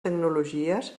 tecnologies